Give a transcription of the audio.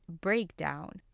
breakdown